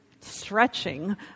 stretching